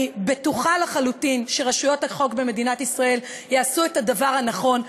אני בטוחה לחלוטין שרשויות החוק במדינת ישראל יעשו את הדבר הנכון,